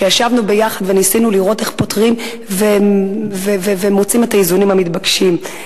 שישבנו יחד וניסינו לראות איך פותרים ומוצאים את האיזונים המתבקשים,